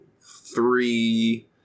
three